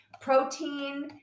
Protein